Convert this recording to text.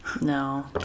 no